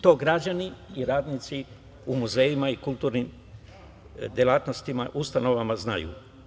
To građani i radnici u muzejima i kulturnim delatnostima, ustanovama znaju.